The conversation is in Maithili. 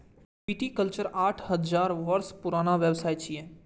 विटीकल्चर आठ हजार वर्ष पुरान व्यवसाय छियै